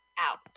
out